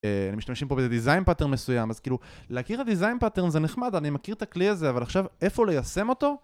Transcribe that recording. אני משתמש עם פה בזה דיזיין פאטרן מסוים אז כאילו להכיר הדיזיין פאטרן זה נחמד אני מכיר את הכלי הזה אבל עכשיו איפה ליישם אותו?